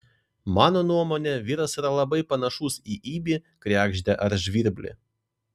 mano nuomone vyras yra labai panašus į ibį kregždę ar žvirblį